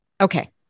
Okay